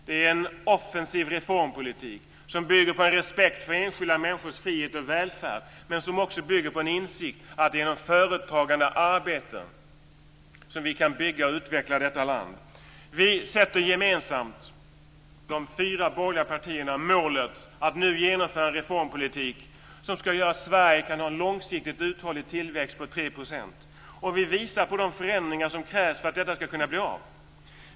Det är en offensiv reformpolitik som bygger på en respekt för enskilda människors frihet och välfärd men som också bygger på en insikt att det är genom företagande och arbete som vi kan bygga och utveckla detta land. Vi, de fyra borgerliga partierna, sätter gemensamt målet att nu genomföra en reformpolitik som ska göra att Sverige kan ha en långsiktigt uthållig tillväxt på 3 %. Vi visar de förändringar som krävs för att detta ska kunna bli av.